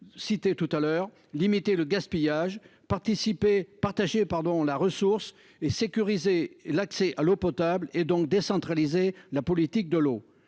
secrétaire d'État : limiter le gaspillage, partager la ressource, sécuriser l'accès à l'eau potable, donc décentraliser la politique de l'eau.